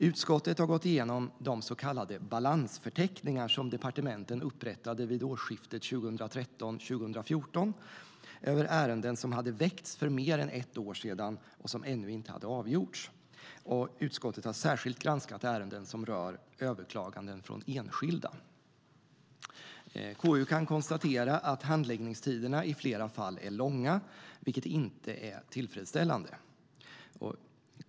Utskottet har gått igenom de så kallade balansförteckningar som departementen upprättade vid årsskiftet 2013 p>KU kan konstatera att handläggningstiderna i flera fall är långa, vilket inte är tillfredsställande.